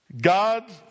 God